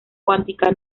cuántica